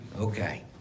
okay